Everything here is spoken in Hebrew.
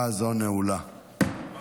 חטופים ונעדרים (תיקון